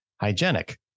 hygienic